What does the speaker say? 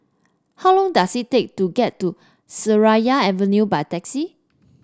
how long does it take to get to Seraya Avenue by taxi